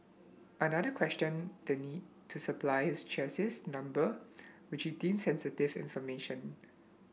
another questioned the need to supply his chassis number which he deemed sensitive information